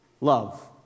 love